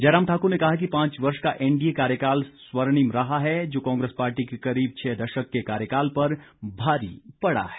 जयराम ठाकुर ने कहा कि पांच वर्ष का एनडीए कार्यकाल स्वर्णिम रहा है जो कांग्रेस पार्टी के करीब छः दशक के कार्यकाल पर भारी पड़ा है